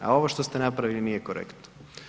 A ovo što ste napravili nije korektno.